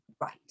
Right